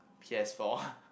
P S four